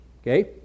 okay